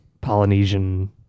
Polynesian